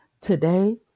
Today